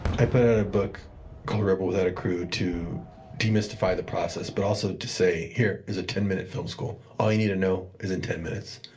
i put out a book called rebel without a crew to demystify the process, but also to say here is a ten minute film school all you need to know is in ten minutes.